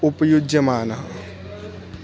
उपयुज्यमानः